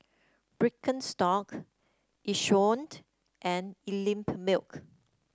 Birkenstock Yishion and Einmilk